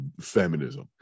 feminism